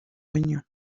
union